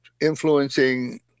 influencing